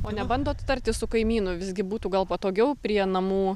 o nebandot tartis su kaimynu visgi būtų gal patogiau prie namų